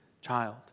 child